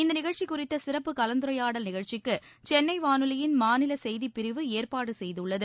இந்த நிகழ்ச்சி குறித்த சிறப்பு கலந்துரையாடல் நிகழ்ச்சிக்கு சென்னை வானொலியின் மாநில செய்திப் பிரிவு ஏற்பாடு செய்துள்ளது